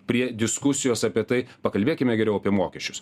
prie diskusijos apie tai pakalbėkime geriau apie mokesčius